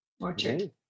orchard